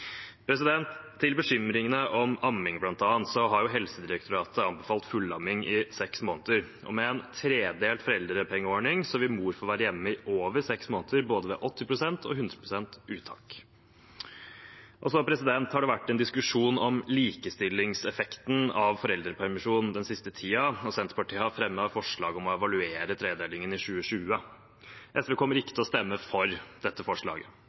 Til bekymringene om amming: Helsedirektoratet har anbefalt fullamming i seks måneder. Med en tredelt foreldrepengeordning vil mor få være hjemme i over seks måneder ved både 80 pst. og 100 pst. uttak. Det har også vært en diskusjon om likestillingseffekten av foreldrepermisjon den siste tiden, og Senterpartiet har fremmet et forslag om å evaluere tredelingen i 2020. SV kommer ikke til å stemme for dette forslaget.